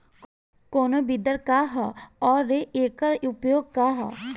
कोनो विडर का ह अउर एकर उपयोग का ह?